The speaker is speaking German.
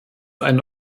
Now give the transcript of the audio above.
eine